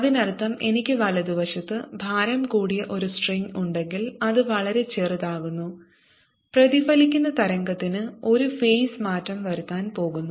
അതിനർത്ഥം എനിക്ക് വലതുവശത്ത് ഭാരം കൂടിയ ഒരു സ്ട്രിംഗ് ഉണ്ടെങ്കിൽ അത് വളരെ ചെറുതാക്കുന്നു പ്രതിഫലിക്കുന്ന തരംഗത്തിന് ഒരു ഫേസ് മാറ്റം വരുത്താൻ പോകുന്നു